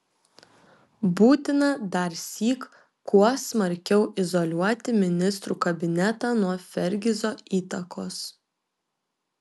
būtina darsyk kuo smarkiau izoliuoti ministrų kabinetą nuo fergizo įtakos